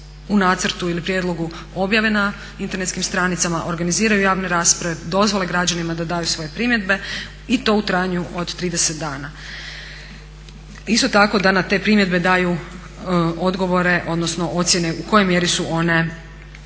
u nacrtu ili prijedlogu objave na internetskim stranicama, organiziraju javne rasprave, dozvole građanima da daju svoje primjedbe i to u trajanju od 30 dana, isto tako da na te primjedbe daju odgovore odnosno ocjene u kojoj mjeri su one opravdane